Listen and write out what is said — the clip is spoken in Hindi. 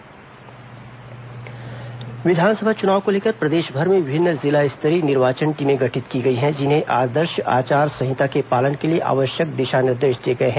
विस चुनाव दिशा निर्देश विधानसभा चुनाव को लेकर प्रदेषभर में विभिन्न जिला स्तरीय निर्वाचन टीमें गठित की गई हैं जिन्हें आदर्ष आचार संहिता के पालन के लिए आवष्यक दिषा निर्देष दिए गए हैं